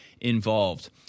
involved